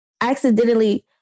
accidentally